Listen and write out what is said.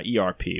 ERP